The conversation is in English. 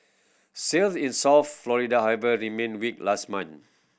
sales in South Florida however remained weak last month